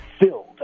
filled